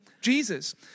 Jesus